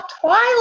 twilight